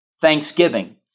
thanksgiving